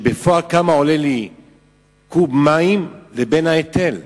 כשבפועל, כמה עולה לי קוב מים, לבין ההיטל?